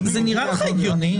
זה נראה לך הגיוני?